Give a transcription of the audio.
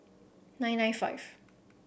nine nine five